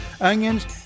onions